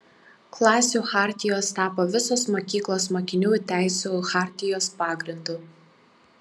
klasių chartijos tapo visos mokyklos mokinių teisių chartijos pagrindu